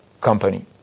company